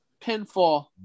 pinfall